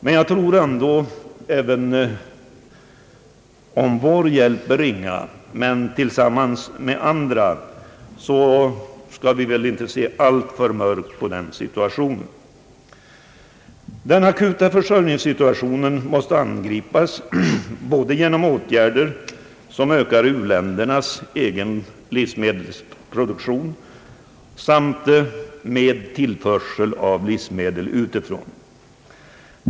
Men även om vår hjälp är ringa tror jag ändå att vi i samarbete med andra länder inte behöver se alltför mörkt på situationen. Den akuta försörjningssituationen måste angripas både genom åtgärder som ökar u-ländernas egen livsmedelsproduktion och genom tillförsel av livsmedel utifrån.